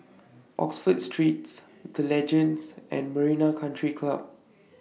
Oxford Streets The Legends and Marina Country Club